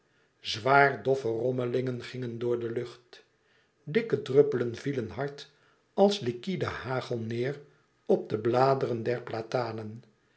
zwaar doffe rommelingen gingen door de lucht dikke druppelen vielen hard als liquide hagel neêr op de bladeren der platanen